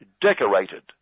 decorated